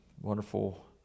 wonderful